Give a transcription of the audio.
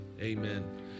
amen